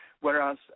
Whereas